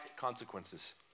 consequences